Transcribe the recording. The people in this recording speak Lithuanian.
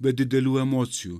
be didelių emocijų